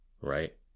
Right